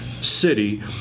City